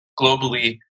Globally